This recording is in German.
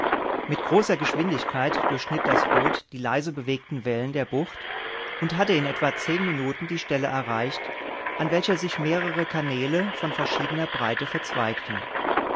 mit großer geschwindigkeit durchschnitt das boot die leise bewegten wellen der bucht und hatte in etwa zehn minuten die stelle erreicht an welcher sich mehrere kanäle von verschiedener breite verzweigten